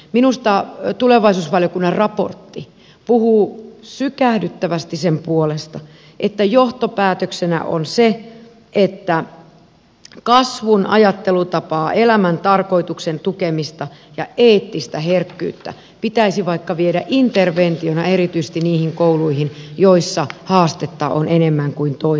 minusta tulevaisuusvaliokunnan raportti puhuu sykähdyttävästi sen puolesta että johtopäätöksenä on se että kasvun ajattelutapaa elämäntarkoituksen tukemista ja eettistä herkkyyttä pitäisi vaikka viedä interventiona erityisesti niihin kouluihin joissa haastetta on enemmän kuin toisissa